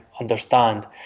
understand